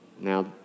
Now